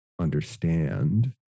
understand